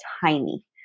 tiny